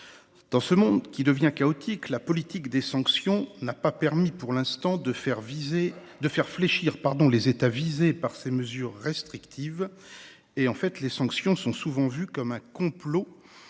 Dans un monde qui devient chaotique, la politique des sanctions n’a pas permis, pour l’instant, de faire fléchir les États visés par des mesures restrictives. En fait, les sanctions sont souvent vues comme un complot